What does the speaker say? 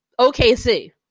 OKC